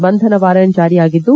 Bandhan warrant ಜಾರಿಯಾಗಿದ್ದು